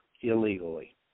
illegally